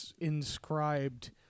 inscribed